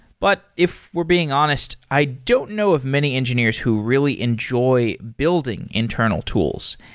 but if we're being honest, i don't know of many engineers who really enjoy building internal tools.